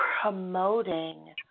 promoting